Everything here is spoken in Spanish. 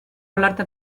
hablarte